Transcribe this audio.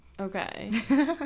Okay